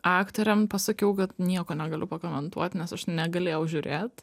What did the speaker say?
aktoriam pasakiau kad nieko negaliu pakomentuot nes aš negalėjau žiūrėt